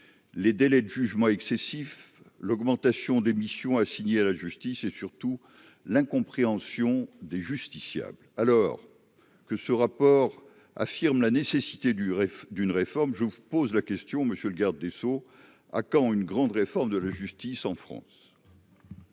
les délais de jugement excessif, l'augmentation des missions assignées à la justice, et surtout l'incompréhension des justiciables, alors que ce rapport affirme la nécessité du rêve d'une réforme, je vous pose la question, monsieur le garde des Sceaux a quand une grande réforme de la justice en France.